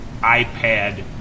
iPad